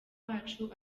wacu